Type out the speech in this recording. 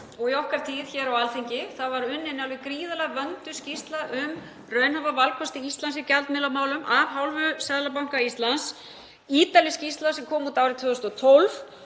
og í okkar tíð hér á Alþingi var unnin alveg gríðarlega vönduð skýrsla um raunhæfa valkosti Íslands í gjaldmiðlamálum af hálfu Seðlabanka Íslands, ítarleg skýrsla sem kom út árið 2012,